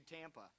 Tampa